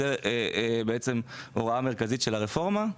זאת ההוראה המרכזית של הרפורמה.